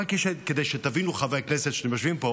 רק כדי שתבינו, חברי הכנסת, כשאתם יושבים פה,